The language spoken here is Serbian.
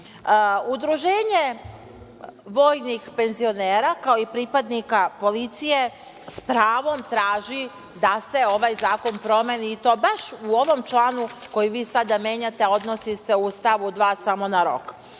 produžava. Udruženje vojnih penzionera, kao i pripadnika policije s pravom traži da se ovaj zakon promeni i to baš u ovoj članu koji vi sada menjate, a odnosi se u stavu 2. samo na rok.